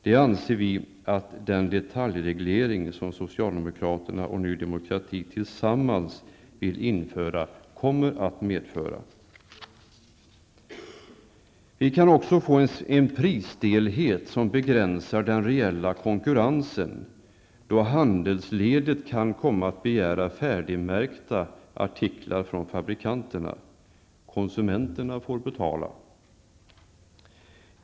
Vi anser att den detaljreglering som socialdemokraterna och Ny Demokrati tillsammans vill införa kommer att medföra detta. Vi kan också få en prisstelhet som begränsar den reella konkurrensen, då handelsledet kan komma att begära färdigmärkta artiklar från fabrikanterna. Det blir konsumenterna som får betala.